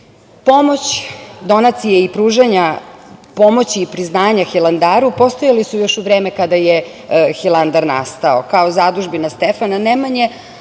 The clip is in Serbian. pomoći i priznanja Hilandaru postojali su još u vreme kada je Hilandar nastao,